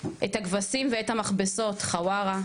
את הכבשים ואת המכבסות חווארה,